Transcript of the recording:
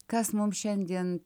kas mum šiandien